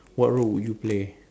what role would you play